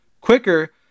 quicker